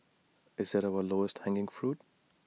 is IT our lowest hanging fruit